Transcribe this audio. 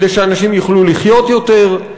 כדי שאנשים יוכלו לחיות יותר.